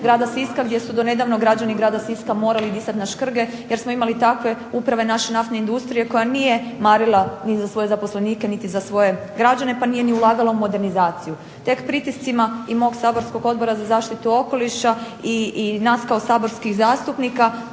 grada Siska gdje su do nedavno građani grada Siska morali disati na škrge jer smo imali takve uprave naše naftne industrije koja nije marila ni za svoje zaposlenike niti za svoje građane pa nije ni ulagala u modernizaciju. Tek pritiscima i mog saborskog Odbora za zaštitu okoliša i nas kao saborskih zastupnika